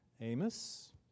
Amos